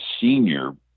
senior